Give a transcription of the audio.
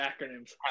acronyms